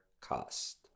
cost